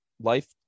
life